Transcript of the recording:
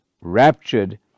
raptured